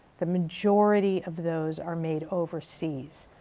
the majority of those are made overseas.